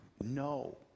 No